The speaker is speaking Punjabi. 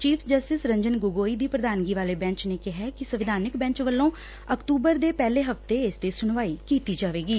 ਚੀਫ਼ ਜਸਟਿਸ ਰੰਜਨ ਗੋਗੋਈ ਦੀ ਪ੍ਰਧਾਨਗੀ ਵਾਲੇ ਬੈਂਚ ਨੇ ਕਿਹੈ ਕਿ ਸੰਵਿਧਾਨਕ ਬੈਂਚ ਵੱਲੋਂ ਅਕਤੁਬਰ ਦੇ ਪਹਿਲੇ ਹਫ਼ਤੇ ਇਸ ਤੇ ਸੁਣਵਾਈ ਕੀਤੀ ਜਾਵੇਗੀ